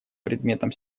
предметом